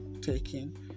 taking